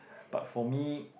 but for me